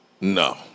No